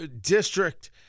District